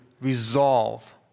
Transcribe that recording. resolve